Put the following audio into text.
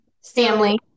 Stanley